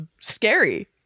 scary